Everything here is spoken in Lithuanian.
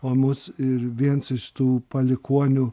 o mus ir viens iš tų palikuonių